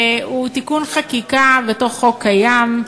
הוא תיקון חקיקה בתוך חוק קיים,